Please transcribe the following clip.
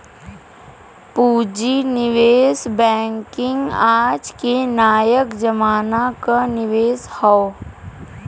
पूँजी निवेश बैंकिंग आज के नयका जमाना क निवेश हौ